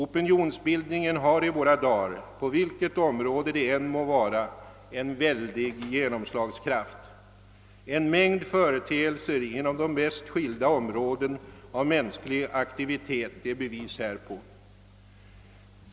Opinionsbildningen har i våra dagar på vilket område det än må vara en väldig genomslagskraft. En mängd företeelser inom de mest skilda områden av mänsklig aktivitet är bevis härpå.